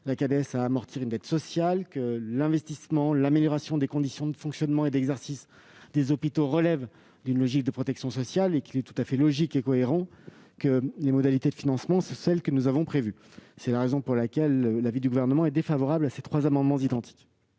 doit amortir une dette sociale. L'investissement et l'amélioration des conditions de fonctionnement et d'exercice des hôpitaux relèvent d'une logique de protection sociale. Il est donc tout à fait logique et cohérent que les modalités de financement soient celles que nous avons prévues. Pour ces raisons, le Gouvernement est défavorable à ces trois amendements identiques.